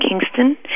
Kingston